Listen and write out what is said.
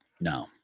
No